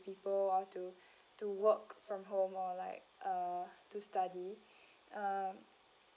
people or to to work from home or like uh to study uh